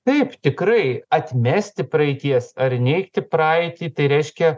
taip tikrai atmesti praeities ar neigti praeitį tai reiškia